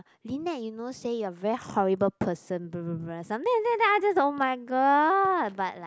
Lynette you know say you're very horrible person blah blah blah something like that then I just oh-my-god but like